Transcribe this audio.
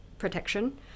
Protection